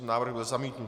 Návrh byl zamítnut.